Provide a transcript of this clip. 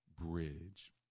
bridge